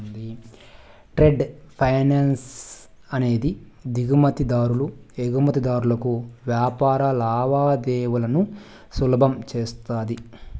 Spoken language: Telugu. ట్రేడ్ ఫైనాన్స్ అనేది దిగుమతి దారులు ఎగుమతిదారులకు వ్యాపార లావాదేవీలను సులభం చేస్తది